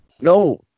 No